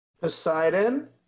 Poseidon